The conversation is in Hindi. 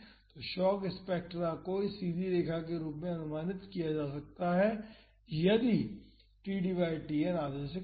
तो शॉक स्पेक्ट्रा को इस सीधी रेखा के रूप में अनुमानित किया जा सकता है यदि td बाई Tn आधे से कम है